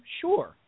sure